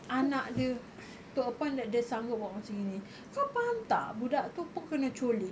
anak dia to a point that dia sanggup buat macam gini kau faham tak budak tu pun kena culik